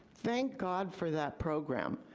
thank god for that program.